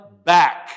back